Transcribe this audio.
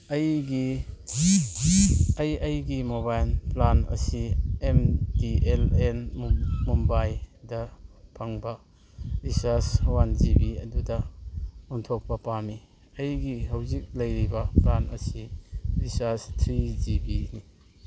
ꯑꯩꯒꯤ ꯑꯩ ꯑꯩꯒꯤ ꯃꯣꯕꯥꯏꯟ ꯄ꯭ꯂꯥꯟ ꯑꯁꯤ ꯑꯦꯃ ꯇꯤ ꯑꯦꯜ ꯑꯦꯟ ꯃꯨꯝꯕꯥꯏꯗ ꯐꯪꯕ ꯔꯤꯆꯥꯔꯖ ꯋꯥꯟ ꯖꯤ ꯕꯤ ꯑꯗꯨꯗ ꯑꯣꯟꯊꯣꯛꯄ ꯄꯥꯝꯃꯤ ꯑꯩꯒꯤ ꯍꯧꯖꯤꯛ ꯂꯩꯔꯤꯕ ꯄ꯭ꯂꯥꯟ ꯑꯁꯤ ꯔꯤꯆꯥꯔꯖ ꯊ꯭ꯔꯤ ꯖꯤꯕꯤꯅꯤ